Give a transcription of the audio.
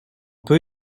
peut